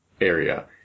area